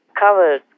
covered